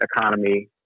economy